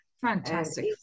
Fantastic